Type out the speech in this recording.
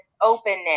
openness